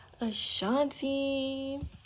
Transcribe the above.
Ashanti